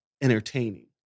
entertaining